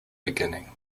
beginning